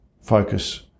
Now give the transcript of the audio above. focus